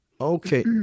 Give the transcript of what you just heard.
Okay